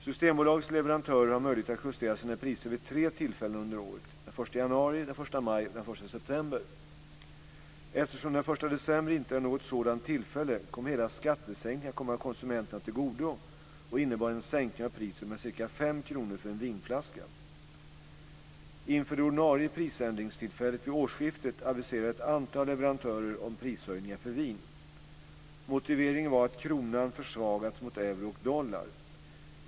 Systembolagets leverantörer har möjlighet att justera sina priser vid tre tillfällen under året: den 1 1 december inte är något sådant tillfälle kom hela skattesänkningen konsumenterna till godo och innebar en sänkning av priset med ca 5 kr för en vinflaska. Inför det ordinarie prisändringstillfället vid årsskiftet aviserade ett antal leverantörer prishöjningar för vin. Motiveringen var att kronan försvagats mot euro och dollar.